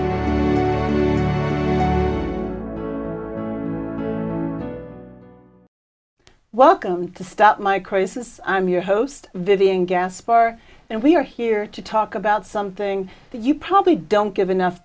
welcome to stop my crisis i'm your host vivian gaspar and we are here to talk about something that you probably don't give enough